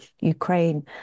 Ukraine